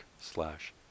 slash